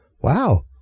wow